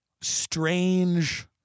strange